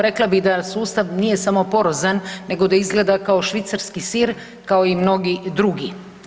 Rekla bih da sustav nije samo porozan nego da izgleda kao švicarski sir kao i mnogi drugi.